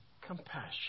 compassion